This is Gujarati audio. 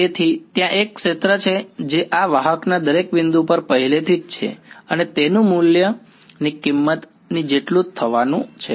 તેથી ત્યાં એક ક્ષેત્ર છે જે આ વાહકના દરેક બિંદુ પર પહેલેથી જ છે અને તેનું મૂલ્ય ફક્ત ની કિંમત જેટલું જ થવાનું છે